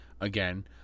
again